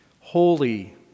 holy